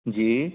जी